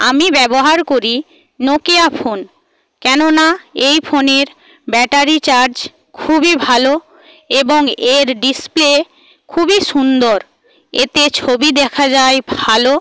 আমি ব্যবহার করি নোকিয়া ফোন কেননা এই ফোনের ব্যাটারি চার্জ খুবই ভালো এবং এর ডিসপ্লে খুবই সুন্দর এতে ছবি দেখা যায় ভালো